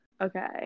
okay